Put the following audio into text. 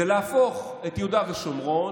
זה להפוך את יהודה ושומרון,